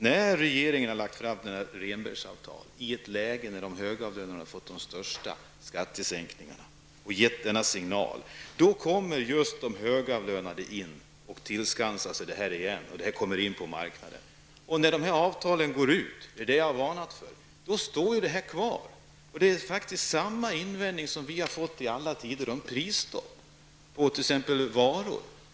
När regeringen har lagt fram Rehnbergsavtal, i ett läge då de högavlönade har fått de största skattesänkningarna och gett denna signal, kommer de högavlönade och tillskansar sig fördelarna. Sedan påverkar det marknaden. När avtalen går ut kvarstår ju problemen, och det har jag varnat för. Det är faktiskt samma invändningar som i alla tider har gjorts när det gäller prisstopp på t.ex. varor.